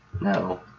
No